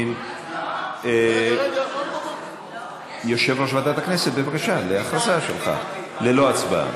בבקשה, יושב-ראש ועדת הכנסת, הודעה שלך ללא הצבעה.